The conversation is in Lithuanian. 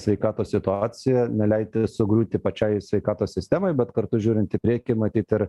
sveikatos situaciją neleisti sugriūti pačiai sveikatos sistemai bet kartu žiūrint į priekį matyt ir